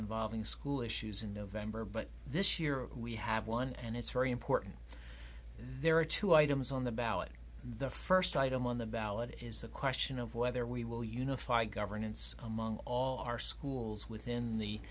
involving school issues in november but this year we have one and it's very important there are two items on the ballot the first item on the ballot is the question of whether we will unify governance among all our schools within the